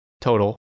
total